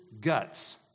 guts